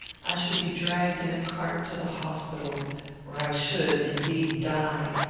i should be dragged in a cart to the hospital where i should, indeed, die,